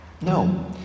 No